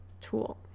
tool